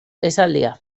esaldia